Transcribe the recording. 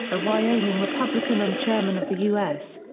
a wyoming republican and chairman of the u s.